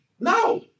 no